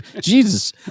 Jesus